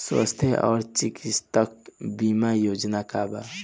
स्वस्थ और चिकित्सा बीमा योजना का बा?